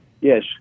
yes